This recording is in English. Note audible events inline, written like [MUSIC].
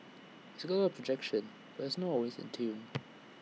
he's got A lot of projection but he's not always in tune [NOISE]